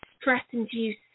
stress-induced